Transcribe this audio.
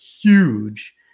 huge